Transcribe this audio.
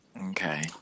Okay